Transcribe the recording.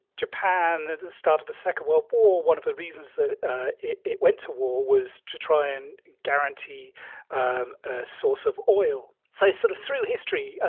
japan at the start of the second world war one of the reasons that ah it it went to war was to try and guarantee um a source of oil. so sort of through history, ah